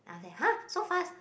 ah then !huh! so fast